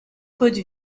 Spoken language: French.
cote